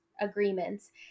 agreements